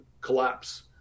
collapse